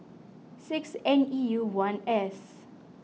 six N E U one S